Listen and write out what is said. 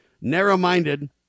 narrow-minded